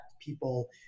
people